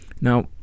Now